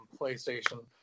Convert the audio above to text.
PlayStation